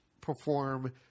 perform